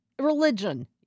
religion